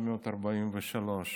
ב-1943.